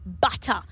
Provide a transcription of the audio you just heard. Butter